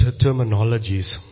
terminologies